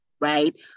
right